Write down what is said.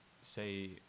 say